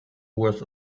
worth